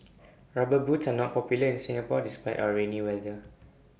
rubber boots are not popular in Singapore despite our rainy weather